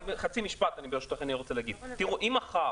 אני רוצה להגיד חצי משפט ברשותך: אם מחר